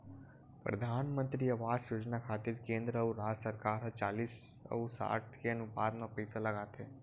परधानमंतरी आवास योजना खातिर केंद्र अउ राज सरकार ह चालिस अउ साठ के अनुपात म पइसा लगाथे